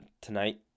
tonight